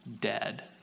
dead